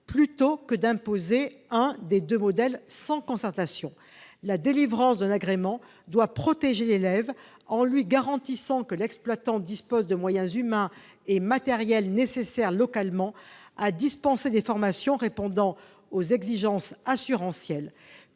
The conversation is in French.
plutôt que d'imposer un des deux modèles sans concertation. La délivrance d'un agrément doit protéger l'élève en lui garantissant que l'exploitant dispose des moyens humains et matériels nécessaires localement pour lui dispenser des formations répondant aux exigences assurantielles.,